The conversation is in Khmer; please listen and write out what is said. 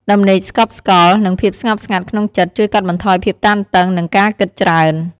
ដំណេកស្កប់ស្កល់ និងភាពស្ងប់ស្ងាត់ក្នុងចិត្ត ជួយកាត់បន្ថយភាពតានតឹង និងការគិតច្រើន។